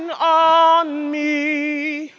and ah on me,